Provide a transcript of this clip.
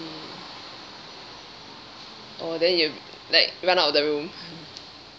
oh then you like run out of the room